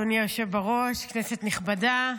אדוני היושב בראש, כנסת נכבדה,